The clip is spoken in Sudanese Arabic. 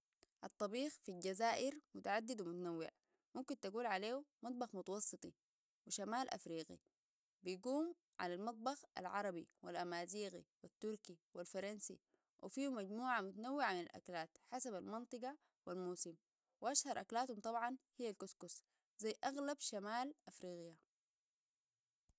الطبيخ في الجزائر متعدد ومتنوع يمكن تقول عليه مطبخ متوسطي وشمال أفريقي بيقوم على المطبخ العربي والأمازيغي التركي والفرنسي وفيهو مجموعة متنوعة من الأكلات حسب المنطقة والموسم واشهر أكلاتهم طبعا هي الكسكس زي أغلب شمال أفريقيا S